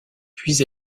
puis